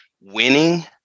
winning